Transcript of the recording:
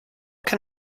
can